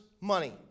money